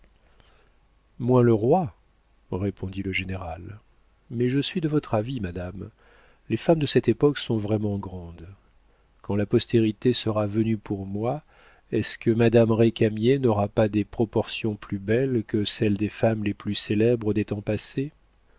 moins le roi répondit le général mais je suis de votre avis madame les femmes de cette époque sont vraiment grandes quand la postérité sera venue pour nous est-ce que madame récamier n'aura pas des proportions plus belles que celles des femmes les plus célèbres des temps passés